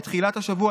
בתחילת השבוע,